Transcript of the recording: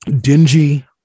dingy